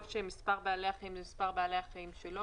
שמספר בעלי החיים זה מספר בעלי החיים שלו?